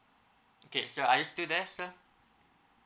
okay sir are you still there sir